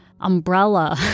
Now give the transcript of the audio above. umbrella